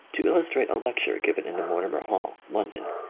to illustrate a lecture given in the mortimer hall, london,